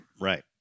Right